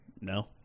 No